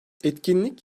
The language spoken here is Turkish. etkinlik